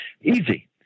Easy